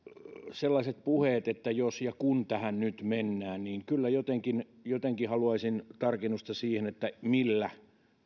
sellaiset puheet että jos ja kun tähän nyt mennään kyllä jotenkin jotenkin haluaisin tarkennusta siihen millä